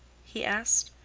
he asked.